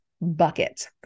bucket